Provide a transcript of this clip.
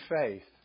faith